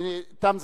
תם זמנך.